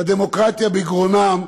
שהדמוקרטיה בגרונם,